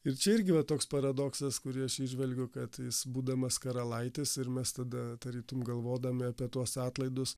ir čia irgi va toks paradoksas kūrį aš įžvelgiu kad jis būdamas karalaitis ir mes tada tarytum galvodami apie tuos atlaidus